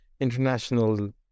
international